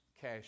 Cash